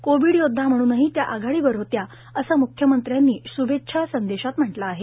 Covid योद्वा म्हणूनही त्या आघाडीवर होत्या असं मुख्यमंत्र्यांनी शुभेच्छा संदेशात म्हटलं आहे